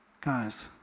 Guys